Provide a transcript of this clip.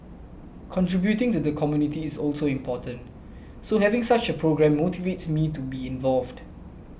contributing to the community is also important so having such a programme motivates me to be involved